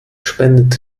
spendet